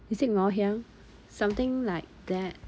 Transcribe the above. is it ngor hiang something like that